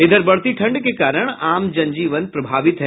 इधर बढ़ती ठंड के कारण आम जन जीवन प्रभावित है